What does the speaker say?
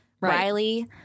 Riley